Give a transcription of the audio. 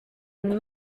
une